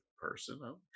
person